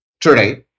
Today